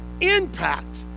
impact